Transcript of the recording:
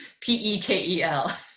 P-E-K-E-L